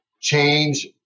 change